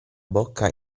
bocca